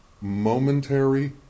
momentary